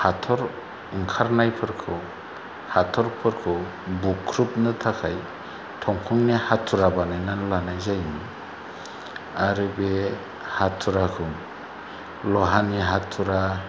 हाथर ओंखारनायफोरखौ हाथरफोरखौ बुख्रुबनो थाखाय दंफांनि हाथुरा बानायनानै लानाय जायो आरो बे हाथुराखौ ल'हानि हाथुरा